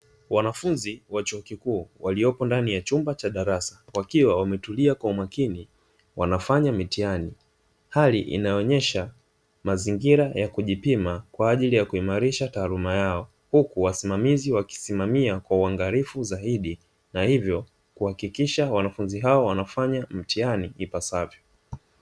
Wanafunzi wa chuo kikuu waliopo ndani ya chumba cha darasa wakiwa wametulia kwa umakini wanafanya mitihani, hali inayoonesha mazingira ya kujipima kwa ajili ya kuimarisha taaluma yao, huku wasimamizi wakisimamia kwa uangalifu zaidi na hivyo kuhakikisha wanafunzi wao wanafanya mtihani ipasavyo.